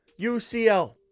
UCL